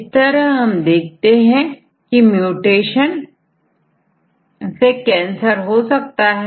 इस तरह हम देखते हैं की विशेष म्यूटेशन कैंसर का कारण होता है